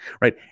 right